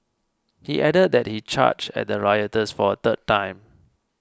he added that he charged at the rioters for a third time